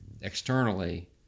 externally